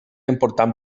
important